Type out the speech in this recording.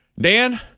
Dan